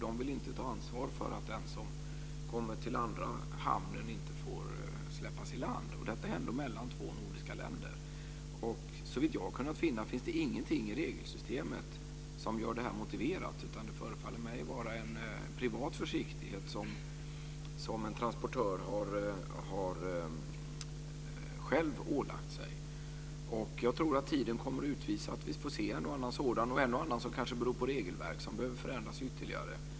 De vill inte ta ansvar för att den som kommer till den andra hamnen inte får släppas i land. Detta händer mellan två nordiska länder. Såvitt jag har kunnat finna finns det ingenting i regelsystemet som gör det motiverat, utan det förefaller mig vara en privat försiktighet som en transportör själv har ålagt sig. Jag tror att tiden kommer att utvisa att vi får se en och annan sådan. En och annan kanske beror på regelverk som behöver förändras ytterligare.